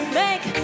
make